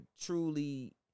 truly